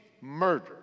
murder